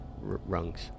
Rungs